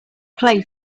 play